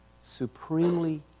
supremely